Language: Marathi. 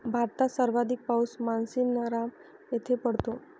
भारतात सर्वाधिक पाऊस मानसीनराम येथे पडतो